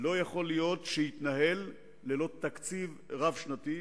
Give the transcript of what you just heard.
לא יכול להתנהל ללא תקציב רב-שנתי.